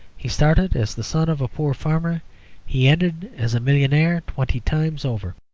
he started as the son of a poor farmer he ended as a millionaire twenty times over.